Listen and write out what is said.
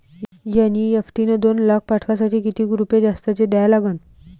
NEFT न दोन लाख पाठवासाठी किती रुपये जास्तचे द्या लागन?